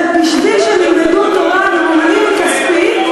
ובשביל שהם ילמדו תורה הם ממומנים מכספי.